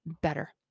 better